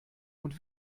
und